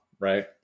Right